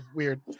weird